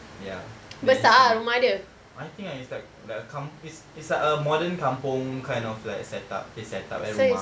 ya then she I think ah it's like like a kam~ it's it's like a modern kampung kind of like set up eh set up eh rumah